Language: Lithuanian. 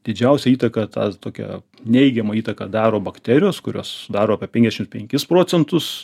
didžiausią įtaką tą tokią neigiamą įtaką daro bakterijos kurios sudaro apie penkiašim penkis procentus